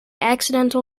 accidental